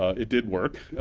it did work,